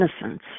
innocence